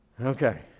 Okay